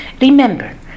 remember